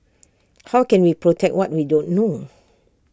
how can we protect what we don't know